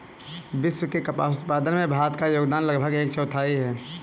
विश्व के कपास उत्पादन में भारत का योगदान लगभग एक चौथाई है